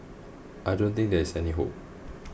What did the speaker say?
I don't think there is any hope